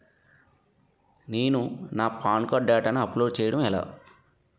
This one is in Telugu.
నేను నా పాన్ కార్డ్ డేటాను అప్లోడ్ చేయడం ఎలా?